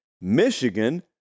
Michigan